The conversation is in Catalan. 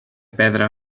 pedra